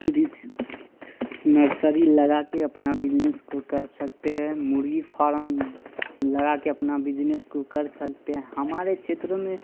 कृषि नर्सरी लगा के अपना बिजनस को कर सकते हैं मुर्गी फॉरम लगा के अपना बिजनस को कर सकते हैं हमारे क्षेत्र में